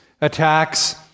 attacks